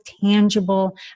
tangible